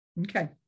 Okay